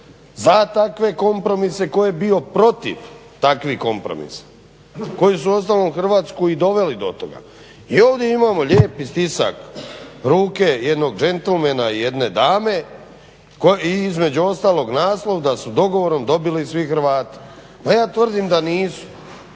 za takve kompromise tko je bio protiv takvih kompromisa koji su uostalom Hrvatsku i doveli do toga. I ovdje imamo lijepi stisak ruke jednog džentlmena jedne dame i između ostalog naslov da su dogovorom dobili svi Hrvati. A ja tvrdim da nisu.